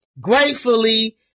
gratefully